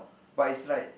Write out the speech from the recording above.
but is like